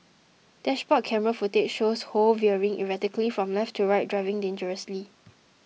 dashboard camera footage shows Ho veering erratically from left to right driving dangerously